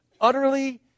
utterly